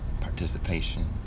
Participation